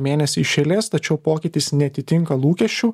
mėnesį iš eilės tačiau pokytis neatitinka lūkesčių